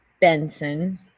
Benson